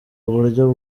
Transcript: uburyo